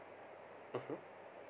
(uh huh)